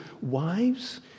wives